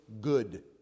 good